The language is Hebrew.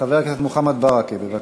חבר הכנסת מוחמד ברכה, בבקשה.